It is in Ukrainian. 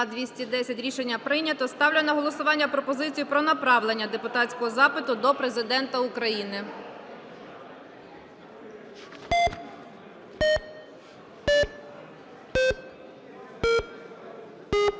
За-210 Рішення прийнято. Ставлю на голосування пропозицію про направлення депутатського запиту до Президента України.